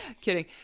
Kidding